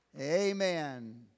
Amen